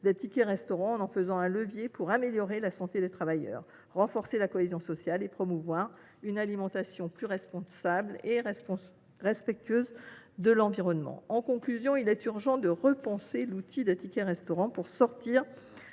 des tickets restaurant, en en faisant un levier pour améliorer la santé des travailleurs, renforcer la cohésion sociale et promouvoir une alimentation plus responsable et respectueuse de l’environnement. Il est donc urgent de repenser l’outil des tickets restaurant, pour sortir